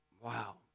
wow